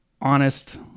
honest